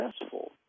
successful